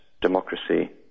democracy